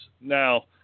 Now